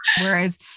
whereas